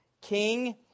king